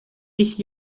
ich